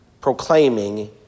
proclaiming